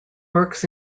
works